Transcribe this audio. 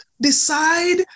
Decide